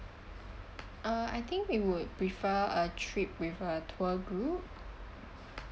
uh I think we would prefer a trip with a tour group